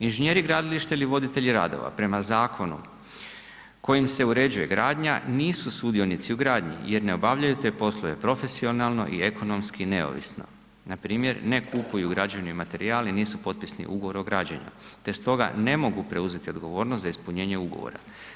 Inženjeri gradilišta ili voditelji radova prema zakona kojim se uređuje gradnja nisu sudionici u gradnji jer ne obavljaju te poslove profesionalno i ekonomski neovisno, npr. ne kupuju građevni materijal i nisu potpisni Ugovor o građenju, te stoga ne mogu preuzeti odgovornost za ispunjenje ugovora.